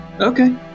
okay